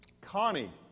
Connie